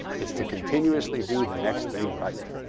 it's to continuously do the next thing right.